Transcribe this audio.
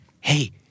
Hey